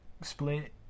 split